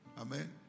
Amen